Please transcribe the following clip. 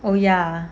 oh ya